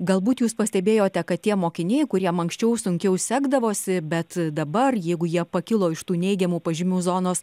galbūt jūs pastebėjote kad tie mokiniai kuriem anksčiau sunkiau sekdavosi bet dabar jeigu jie pakilo iš tų neigiamų pažymių zonos